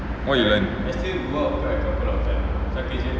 what you learn